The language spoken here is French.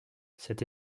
cette